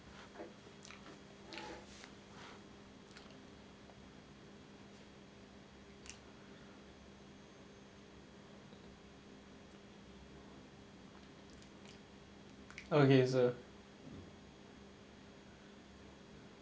okay sir